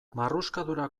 marruskadura